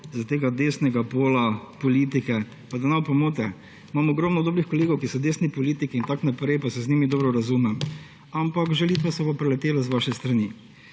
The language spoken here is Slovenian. iz tega desnega pola politike. Pa da ne bo pomote, imam ogromno dobrih kolegov, ki so desni politiki in tako naprej, pa se z njimi dobro razumem, ampak žalitve so pa priletele z vaše strani.